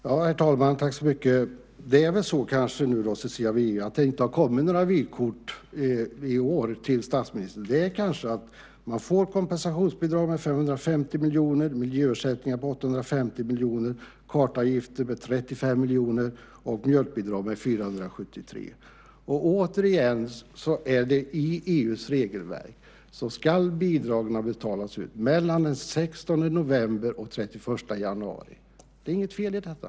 Herr talman! Kanske anledningen till att det inte har kommit några vykort till statsministern i år, Cecilia Widegren, är just att man får kompensationsbidrag med 550 miljoner, miljöersättningar med 850 miljoner, kartavgifter med 35 miljoner och mjölkbidrag med 473 miljoner. Återigen är det så i EU:s regelverk att bidragen ska betalas ut mellan den 16 november och den 31 januari. Det är inget fel i detta.